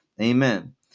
Amen